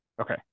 okay